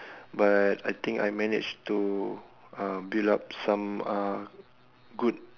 but I think I managed to uh build up some uh good